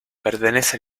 pertenece